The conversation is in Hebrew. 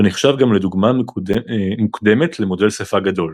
ונחשב גם לדוגמה מוקדמת למודל שפה גדול.